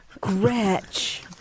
Gretch